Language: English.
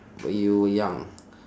when you were young